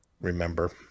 remember